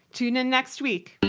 tune in next week.